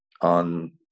on